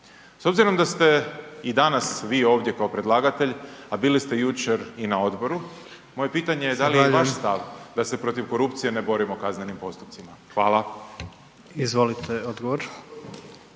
S obzirom da ste i danas vi ovdje kao predlagatelj, a bili ste jučer i na odboru, moje pitanje je .../Upadica: Zahvaljujem./... da li je i vaš stav da se protiv korupcije ne borimo kaznenim postupcima. Hvala. **Jandroković,